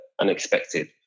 unexpected